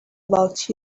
about